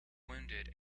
wounded